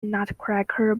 nutcracker